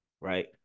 right